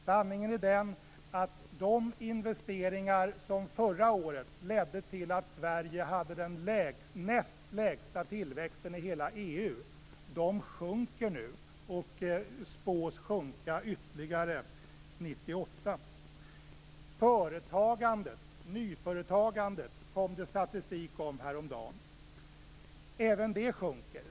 Sanningen är att de investeringar som förra året ledde till att Sverige hade den näst lägsta tillväxten i hela EU nu sjunker, och de spås sjunka ytterligare 1998. Nyföretagandet kom det statistik om häromdagen. Även det sjunker.